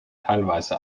teilweise